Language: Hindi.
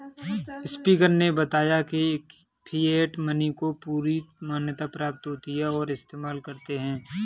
स्पीकर ने बताया की फिएट मनी को पूरी मान्यता प्राप्त होती है और इस्तेमाल करते है